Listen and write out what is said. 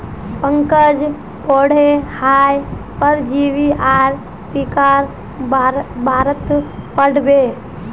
पंकज बोडो हय परजीवी आर टीकार बारेत पढ़ बे